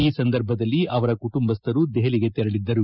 ಈ ಸಂದರ್ಭದಲ್ಲಿ ಅವರ ಕುಟುಂಬಸ್ಥರು ದೆಹಲಿಗೆ ತೆರಳಿದ್ದರು